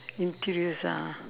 introduce ah